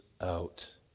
out